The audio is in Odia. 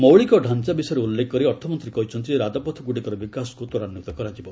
ମୌଳିକ ତାଞ୍ଚା ବିଷୟରେ ଉଲ୍ଲେଖ କରି ଅର୍ଥମନ୍ତ୍ରୀ କହିଛନ୍ତି ରାଜପଥଗୁଡ଼ିକର ବିକାଶକୁ ତ୍ୱରାନ୍ୱିତ କରାଯିବ